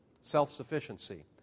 Self-sufficiency